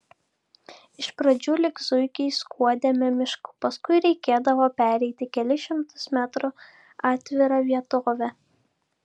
iš pradžių lyg zuikiai skuodėme mišku paskui reikėdavo pereiti kelis šimtus metrų atvira vietove